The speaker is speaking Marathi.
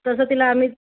तसं तिला आम्ही